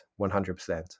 100